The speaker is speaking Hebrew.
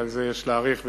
ועל זה יש להעריך ולכבד.